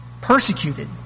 persecuted